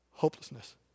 Hopelessness